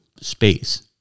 space